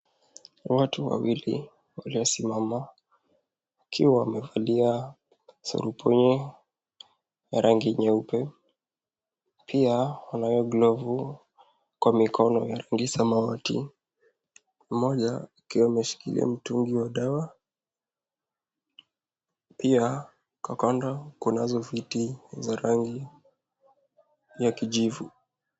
Watu wawili waliosimama wakiwa wamevalia surupwenye ya rangi nyeupe. Pia wanayo glavu kwa mikono ya rangi samawati. Mmoja akiwaameshikilia mtungi wa dawa. Pia kwa kando kunazo viti za rangi ya kijivu.